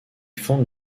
fonde